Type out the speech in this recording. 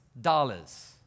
dollars